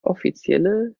offizielle